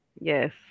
yes